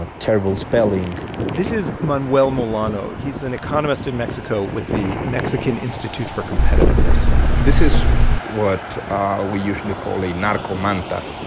ah terrible spelling this is manuel molano. he's an economist in mexico with the mexican institute for competitiveness this is what ah we usually call a narcomanta,